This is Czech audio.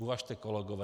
Uvažte, kolegové.